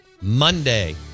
Monday